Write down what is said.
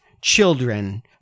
children